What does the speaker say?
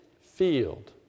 field